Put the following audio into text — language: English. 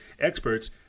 experts